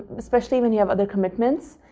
especially when you have other commitments.